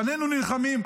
בנינו נלחמים,